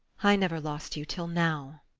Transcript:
i never lost you till now.